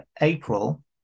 april